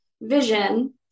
vision